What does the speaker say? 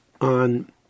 on